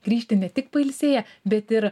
grįžti ne tik pailsėję bet ir